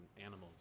animals